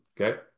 okay